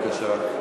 בבקשה.